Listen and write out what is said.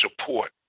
support